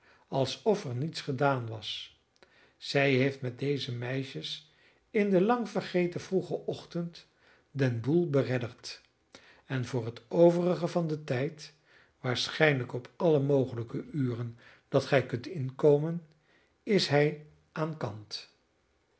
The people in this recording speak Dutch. alsof er niets gedaan was zij heeft met deze meisjes in den lang vergeten vroegen ochtend den boel beredderd en voor het overige van den tijd waarschijnlijk op alle mogelijke uren dat gij kunt inkomen is hij aan kant